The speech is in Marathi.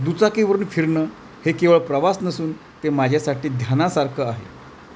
दुचाकीवरुन फिरणं हे केवळ प्रवास नसून ते माझ्यासाठी ध्यानासारखं आहे